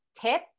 tip